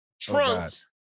Trunks